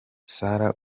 sarah